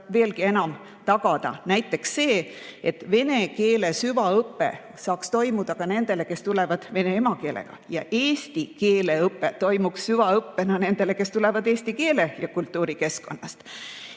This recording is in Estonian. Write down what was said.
veelgi enam tagada näiteks see, et vene keele süvaõpe saaks toimuda nendele, kes tulevad vene emakeelega, ja eesti keele õpe toimuks süvaõppena nendele, kes tulevad eesti keele ja kultuuri keskkonnast.